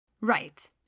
Right